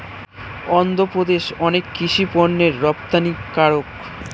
অন্ধ্রপ্রদেশ অনেক কৃষি পণ্যের রপ্তানিকারক